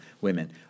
women